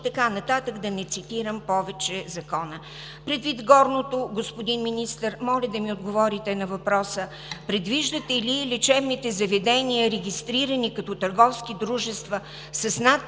така нататък, да не цитирам повече Закона. Предвид горното, господин Министър, моля да ми отговорите на въпроса: предвиждате ли лечебните заведения, регистрирани като търговски дружества с над 50 на сто